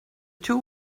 two